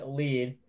lead